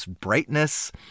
brightness